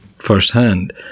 firsthand